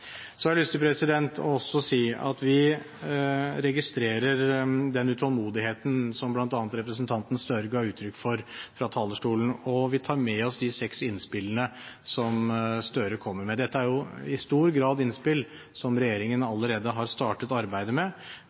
Så har jeg lyst til også å si at vi registrerer den utålmodigheten som bl.a. representanten Gahr Støre ga uttrykk for fra talerstolen, og vi tar med oss de seks innspillene som Gahr Støre kommer med. Dette er jo i stor grad innspill som regjeringen allerede har startet arbeidet med.